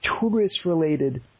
tourist-related